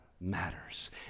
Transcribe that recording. matters